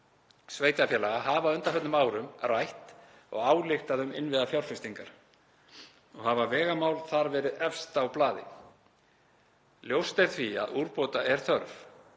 sveitarfélaga hafa á undanförnum árum rætt og ályktað um innviðafjárfestingar og hafa vegamál þar verið efst á blaði. Ljóst er því að úrbóta er þörf.